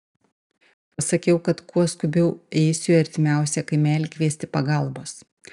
pasakiau kad kuo skubiau eisiu į artimiausią kaimelį kviesti pagalbos